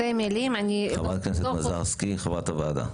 חברת הכנסת מזרסקי, חברת הוועדה.